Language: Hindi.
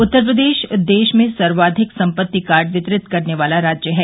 उत्तर प्रदेश देश में सर्वाधिक सम्पत्ति कार्ड वितरित करने वाला राज्य है